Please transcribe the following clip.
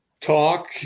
talk